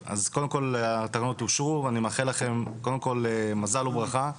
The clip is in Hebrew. התקנות אושרו, ואני מאחל לכם מזל וברכה.